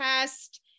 test